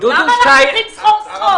למה אנחנו הולכים סחור סחור?